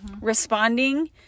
responding